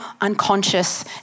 unconscious